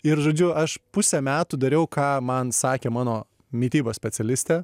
ir žodžiu aš pusę metų dariau ką man sakė mano mitybos specialistė